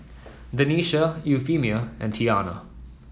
Denisha Euphemia and Tianna